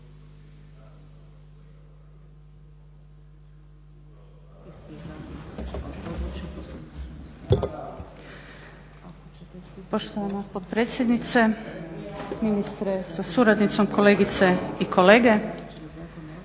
Poštovana potpredsjednice, ministre sa suradnicom, kolegice i kolege.